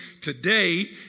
today